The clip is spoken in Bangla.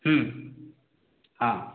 হ্যাঁ